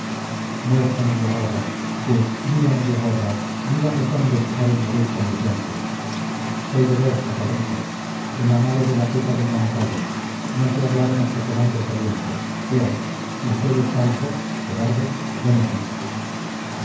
muerto mediagorra pus viva mediagorra vivan los hombres que saben morir con decencia soy de borja padrico he mamado de la teta del moncayo no sé hablar más que con hombres valientes ea si es usted falso cobarde buenas noches